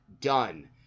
done